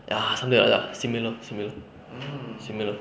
ya something like that similar similar similar